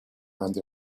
and